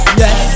yes